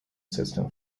system